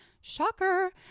Shocker